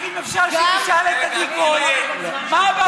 רק אם אפשר שהיא תשאל את עדי קול מה הבעיה בשיטה.